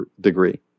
degree